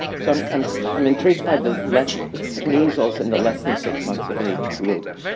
so, i'm i'm intrigued by the less measles in the less than six months of age group.